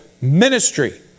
Ministry